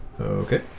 Okay